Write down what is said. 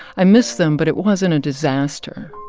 i miss them, but it wasn't a disaster.